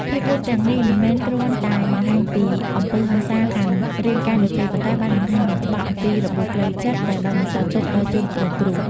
ភាពយន្តទាំងនេះមិនមែនគ្រាន់តែបង្ហាញពីអំពើហិង្សាខាងរាងកាយនោះទេ ប៉ុន្តែបានបង្ហាញយ៉ាងច្បាស់អំពី របួសផ្លូវចិត្ត ដែលបានបន្សល់ទុកដល់ជនរងគ្រោះ។